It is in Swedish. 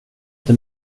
inte